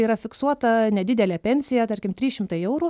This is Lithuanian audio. yra fiksuota nedidelė pensija tarkim trys šimtai eurų